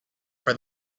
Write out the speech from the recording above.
for